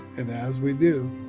and as we do,